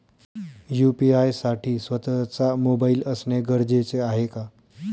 UPI साठी स्वत:चा mobile असणे गरजेचे आहे का?